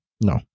no